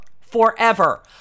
forever